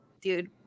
dude